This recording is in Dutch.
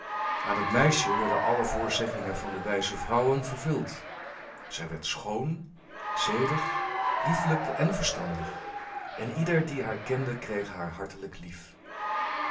aan het meisje werden alle voorzeggingen van de wijze vrouwen vervuld zij werd schoon zedig liefelijk en verstandig en ieder die haar kende kreeg haar hartelijk lief